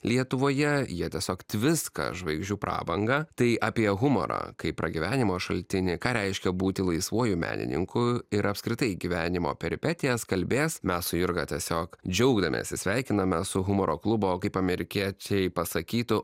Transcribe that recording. lietuvoje jie tiesiog tviska žvaigždžių prabanga tai apie humorą kaip pragyvenimo šaltinį ką reiškia būti laisvuoju menininku ir apskritai gyvenimo peripetijas kalbės mes su jurga tiesiog džiaugdamiesi sveikinamės su humoro klubo o kaip amerikiečiai pasakytų